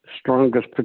strongest